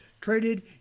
traded